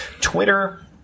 Twitter